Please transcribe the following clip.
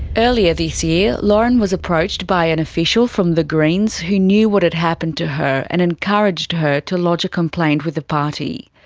earlier this so year, lauren was approached by an official from the greens who knew what had happened to her and encouraged her to lodge a complaint with the party.